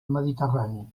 mediterrani